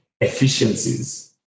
efficiencies